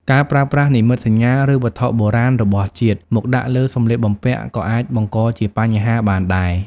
ការប្រើប្រាស់និមិត្តសញ្ញាឬវត្ថុបុរាណរបស់ជាតិមកដាក់លើសម្លៀកបំពាក់ក៏អាចបង្កជាបញ្ហាបានដែរ។